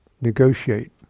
negotiate